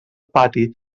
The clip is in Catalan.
pati